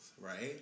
right